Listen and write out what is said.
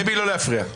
דבי, לא להפריע.